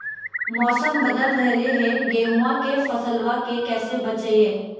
मौसम बदल रहलै है गेहूँआ के फसलबा के कैसे बचैये?